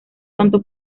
tanto